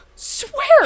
swear